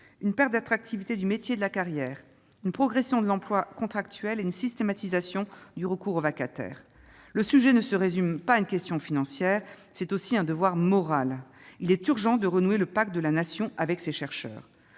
une perte d'attractivité du métier et de la carrière ; une progression de l'emploi contractuel et une systématisation du recours aux vacataires. Le sujet ne se résume pas à une question financière, c'est aussi un devoir moral : il est urgent de renouer le pacte de la Nation avec ses chercheurs